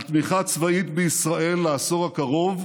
חוק הלאום מעגן את הנוהג של הסתמכות על לוח השנה העברי,